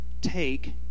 take